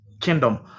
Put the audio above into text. kingdom